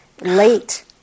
late